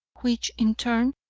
which, in turn,